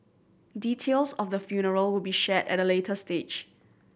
details of the funeral will be shared at a later stage